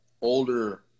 older